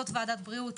זאת ועדת בריאות.